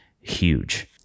huge